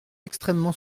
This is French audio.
extrêmement